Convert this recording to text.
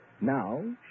Now